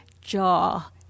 jaw